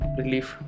relief